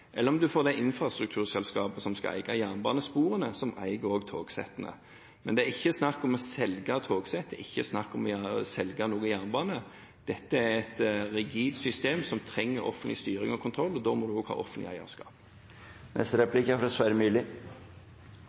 eller at det infrastrukturselskapet som skal eie jernbanesporene, også eier togsettene. Men det er ikke snakk om å selge togsett, det er ikke snakk om å selge noe jernbane. Dette er et rigid system som trenger offentlig styring og kontroll, og da må en også ha offentlig eierskap. Jeg må si jeg er